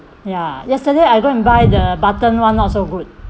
ya yesterday I go and buy the button one not so good